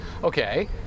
Okay